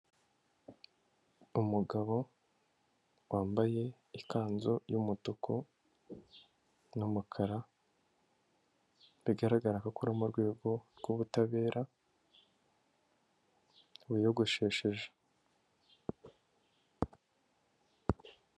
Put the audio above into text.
Umugabo wambaye ikanzu y'umutuku n'umukara, bigaragara ko akora mu rwego rw'ubutabera wiyogoshesheje.